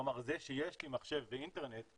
כלומר זה שיש לי מחשב ואינטרנט,